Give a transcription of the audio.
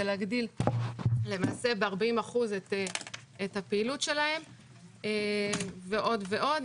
שזה להגדיל למעשה ב-40% את הפעילות שלהם ועוד ועוד.